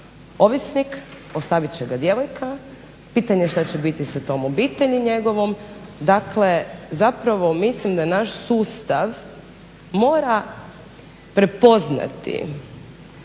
ovisnik, ostavit će ga djevojka, pitanje je šta će biti sa tom obitelji njegovom. Dakle, zapravo mislim da je naš sustav mora prepoznati